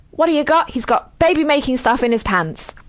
what do you got? he's got baby-making stuff in his pants.